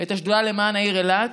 את השדולה למען העיר אילת.